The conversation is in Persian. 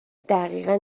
دقیقا